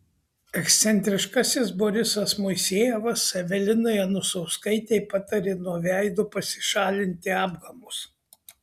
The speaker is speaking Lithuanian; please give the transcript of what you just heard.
ekscentriškasis borisas moisejevas evelinai anusauskaitei patarė nuo veido pasišalinti apgamus